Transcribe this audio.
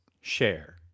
Share